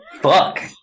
fuck